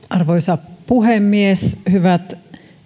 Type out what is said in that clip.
arvoisa puhemies hyvät